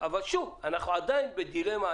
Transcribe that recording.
אבל שוב, אנחנו עדיין בדילמה.